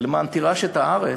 ו"למען תירש את הארץ",